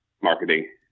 Marketing